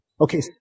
Okay